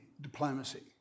diplomacy